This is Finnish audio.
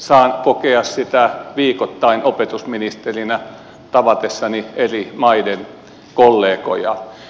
saan kokea sitä viikoittain opetusministerinä tavatessani eri maiden kollegoja